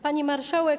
Pani Marszałek!